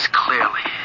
clearly